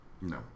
No